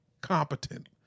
competent